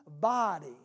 body